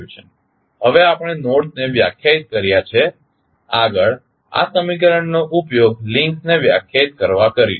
હવે આપણે નોડસ ને વ્યાખ્યાયિત કર્યા છે આગળ આ સમીકરણનો ઉપયોગ લિંક્સ ને વ્યાખ્યાયિત કરવા કરીશું